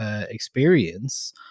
experience